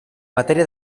matèria